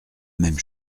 même